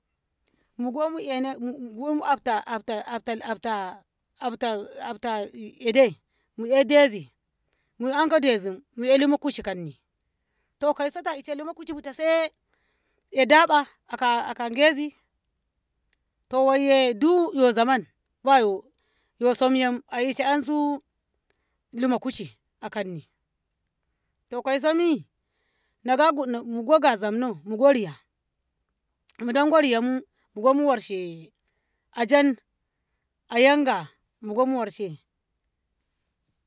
Mugonmu Ina mu gonmu afta- afta- afta- afta- afta- afta ede mu'e dezi mu enko dezi mu'ya luma kushi kanni to kaiso ta ishe luma kushi bu ta saii ee da'ba aka aka gezi to waiyo du yo zaman baya yo yo somyem a ishe'yansu luma kushi akanni to kaiso mi nagagu mugo ga zamno mugo Riya mudanko riyamu gommu warshe ajan a yanga mugonmu warshe.